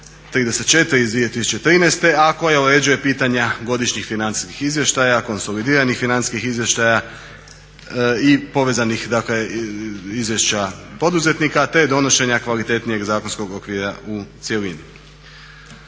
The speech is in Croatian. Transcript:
34. iz 2013. a koja uređuje pitanja godišnjih financijskih izvještaja, konsolidiranih financijskih izvještaja i povezanih dakle izvješća poduzetnika, te donošenja kvalitetnijeg zakonskog okvira u cjelini.